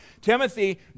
Timothy